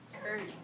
turning